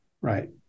right